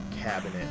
cabinet